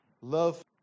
Love